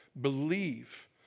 believe